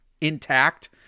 intact